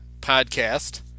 podcast